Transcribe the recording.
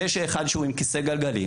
יש אחד שהוא עם כיסא גלגלים,